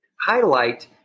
highlight